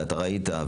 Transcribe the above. אתה ראית,